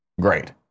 Great